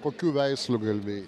kokių veislių galvijai